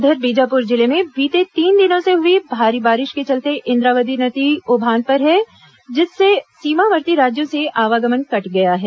इधर बीजापुर जिले में बीते तीन दिनों से हुई भारी बारिश के चलते इंद्रावती नदी उफान पर है जिससे सीमावर्ती राज्यों से आवागमन कट गया है